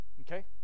okay